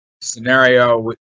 scenario